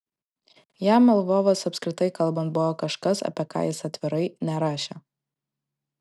jam lvovas apskritai kalbant buvo kažkas apie ką jis atvirai nerašė